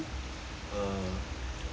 err